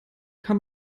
kann